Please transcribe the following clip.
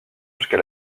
jusqu’à